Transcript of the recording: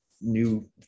new